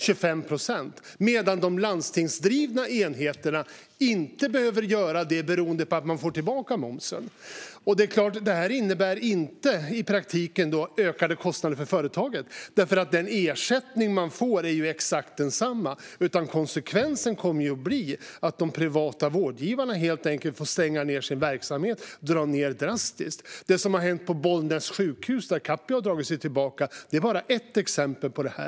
Detta drabbar inte de landstingsdrivna enheterna beroende på att de får tillbaka momsen. Det här innebär i praktiken ökade kostnader för företaget, eftersom den ersättning man får ju är exakt densamma som förut. Konsekvensen kommer att bli att de privata vårdgivarna helt enkelt får stänga ned sin verksamhet eller drastiskt dra ned. Det som har hänt på Bollnäs sjukhus, där Capio har dragit sig tillbaka, är bara ett exempel på detta.